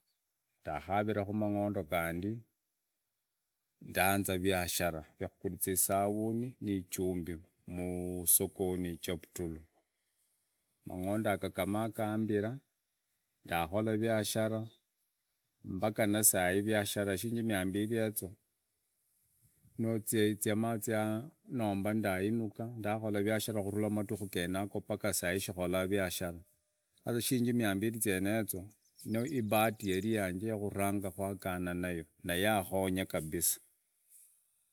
Ndakhavira mang’ondo gandi ndaana ryashara vya kuguriza isavuni nii ijumbi muusogoni icheptulu mang’onda goga gamaa gambira ndakhola vyashara mbaka na sai shikhora vya shara sasa shiringi mia mbili yeneo no ibaati yanje yaghuranga kwagana nayo na yakhonya kabisa.